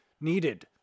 needed